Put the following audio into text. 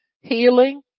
healing